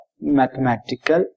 mathematical